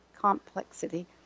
complexity